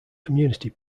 community